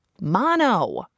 Mono